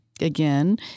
again